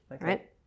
right